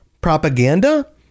propaganda